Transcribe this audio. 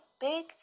Big